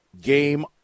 game